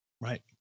Right